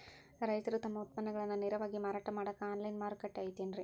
ರೈತರು ತಮ್ಮ ಉತ್ಪನ್ನಗಳನ್ನ ನೇರವಾಗಿ ಮಾರಾಟ ಮಾಡಾಕ ಆನ್ಲೈನ್ ಮಾರುಕಟ್ಟೆ ಐತೇನ್ರಿ?